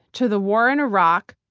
to the war in iraq,